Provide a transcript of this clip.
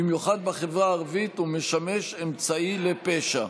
במיוחד בחברה הערבית, ומשמש אמצעי לפשע.